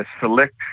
select